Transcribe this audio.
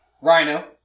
Rhino